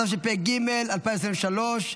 התשפ"ג 2023,